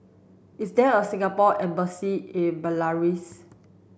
is there a Singapore embassy in Belarus